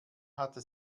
hatte